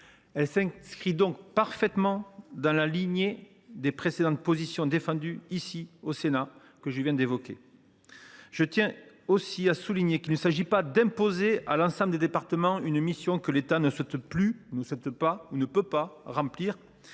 Elle s’inscrit donc parfaitement dans la lignée des précédentes positions défendues par le Sénat, que je viens d’évoquer. Je tiens à souligner qu’il ne s’agit pas d’imposer à l’ensemble des départements une mission que l’État ne souhaite pas ou plus remplir,